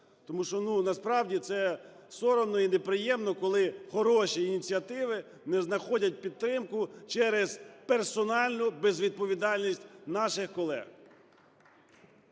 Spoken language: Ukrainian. Тому що, насправді, це соромно і неприємно, коли хороші ініціативи не знаходять підтримку через персональну безвідповідальність наших колег.